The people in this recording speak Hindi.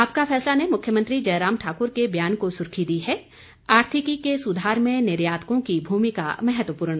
आपका फैसला ने मुख्यमंत्री जयराम ठाकुर के बयान को सुर्खी दी है आर्थिकी के सुधार में निर्यातकों की भूमिका महत्वपूर्ण